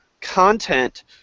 content